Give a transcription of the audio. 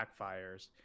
backfires